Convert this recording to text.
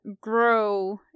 grow